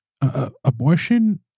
Abortion